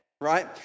Right